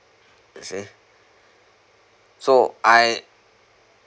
you see so I